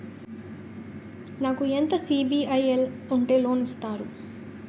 నాకు ఎంత సిబిఐఎల్ ఉంటే లోన్ ఇస్తారు?